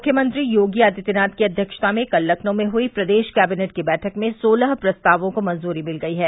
मुख्यमंत्री योगी आदित्यनाथ की अध्यक्षता में कल लखनऊ में हुई प्रदेश कैबिनेट की बैठक में सोलह प्रस्तावों को मंजूरी मिल गई है